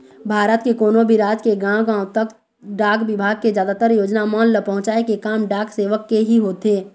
भारत के कोनो भी राज के गाँव गाँव तक डाक बिभाग के जादातर योजना मन ल पहुँचाय के काम डाक सेवक के ही होथे